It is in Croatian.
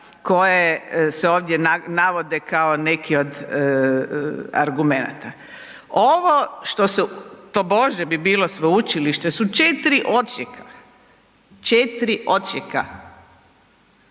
koje se ovdje navode kao neki od argumenata. Ovo što tobože bi bilo sveučilište su 4 odsjeka, mislim od